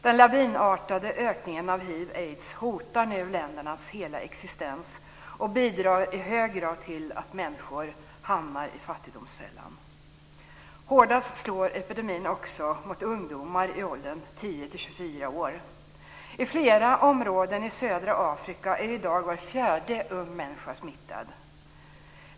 Den lavinartade ökningen av hiv/aids hotar nu ländernas hela existens och bidrar i hög grad till att människor hamnar i fattigdomsfällan. Hårdast slår epidemin mot ungdomar i åldern 10-24 år. I flera områden i södra Afrika är i dag var fjärde ung människa smittad.